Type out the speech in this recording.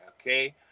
okay